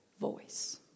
voice